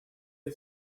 hay